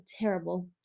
terrible